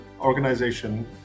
organization